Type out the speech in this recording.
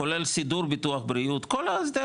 כולל סידור ביטוח בריאות, כי היה הסדר.